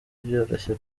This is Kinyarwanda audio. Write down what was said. byoroshye